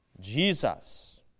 Jesus